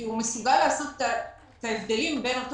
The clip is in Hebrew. כי הוא מסוגל לעשות את ההבדלים בין אותו